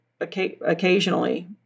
occasionally